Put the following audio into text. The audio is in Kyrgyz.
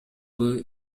менен